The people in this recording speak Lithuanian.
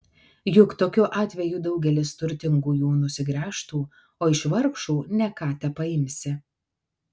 juk tokiu atveju daugelis turtingųjų nusigręžtų o iš vargšų ne ką tepaimsi